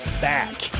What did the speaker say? back